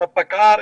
עם הפקע"ר,